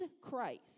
Christ